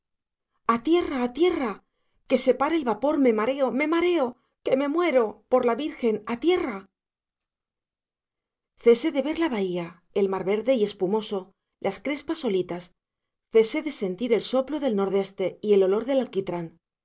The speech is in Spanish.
a tierra a tierra que se pare el vapor me mareo me mareo que me muero por la virgen a tierra cesé de ver la bahía el mar verde y espumoso las crespas olitas cesé de sentir el soplo del nordeste y el olor del alquitrán